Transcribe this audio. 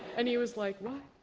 and he was like, what?